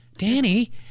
Danny